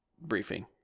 briefing